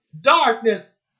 darkness